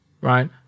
Right